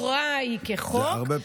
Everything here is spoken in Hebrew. הבשורה היא החוק,